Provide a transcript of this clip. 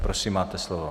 Prosím, máte slovo.